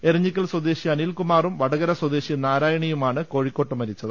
എരഞ്ഞിക്കൽ സ്വദേശി അനിൽകുമാറും വടകര സ്വദേശി നാരായണിയുമാണ് കോഴിക്കോട്ട് മരിച്ചത്